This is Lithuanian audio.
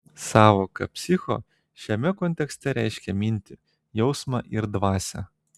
sąvoka psicho šiame kontekste reiškia mintį jausmą ir dvasią